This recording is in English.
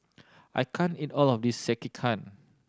I can't eat all of this Sekihan